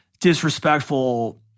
disrespectful